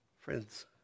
Friends